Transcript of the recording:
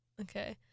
Okay